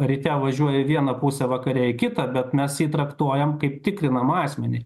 ryte važiuoja į vieną pusę vakare į kitą bet mes jį traktuojam kaip tikrinamą asmenį